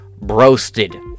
broasted